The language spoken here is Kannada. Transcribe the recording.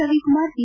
ರವಿಕುಮಾರ್ ಪಿ